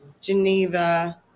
Geneva